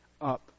up